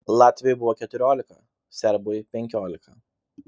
latviui buvo keturiolika serbui penkiolika